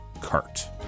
Cart